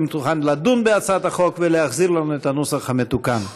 תוכל לדון בהצעת החוק ולהחזיר לנו את הנוסח המתוקן.